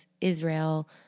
Israel